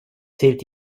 zählt